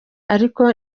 ariko